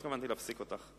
לא התכוונתי להפסיק אותך.